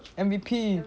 M_V_P